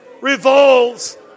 revolves